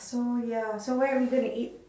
so ya so where we gonna eat